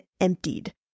emptied